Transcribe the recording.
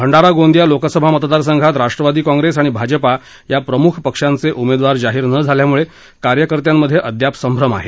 भंडारा गोंदिया लोकसभा मतदारसंघात राष्ट्रवादी काँप्रेस आणि भाजप या प्रमुख पक्षांचे उमेदवार जाहिर न झाल्यामुळे कार्यकर्त्यांमध्ये अद्याप संभ्रम आहे